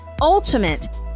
ultimate